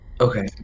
Okay